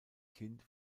kind